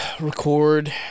record